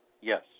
Yes